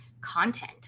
content